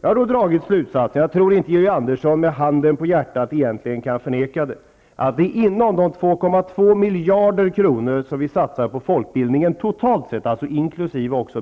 Jag har då dragit slutsatsen -- och jag tror inte att Georg Andersson med handen på hjärtat egentligen kan förneka vad jag nu säger -- att det inom de 2,2 miljarder kronor som vi totalt sett satsar på folkbildningen, alltså inkl.